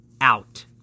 Out